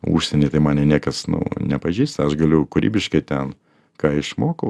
užsienį tai man niekas nu nepažįsta aš galiu kūrybiškai ten ką išmokau